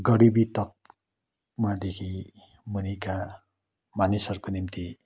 गरिबी तप्कादेखि मुनिका मानिसहरूको निम्ति